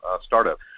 startup